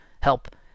help